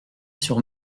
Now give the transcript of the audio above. sur